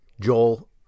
joel